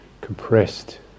compressed